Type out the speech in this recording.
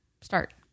start